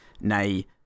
nay